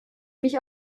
mich